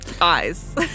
eyes